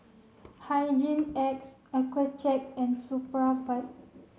Hygin X Accucheck and Supravit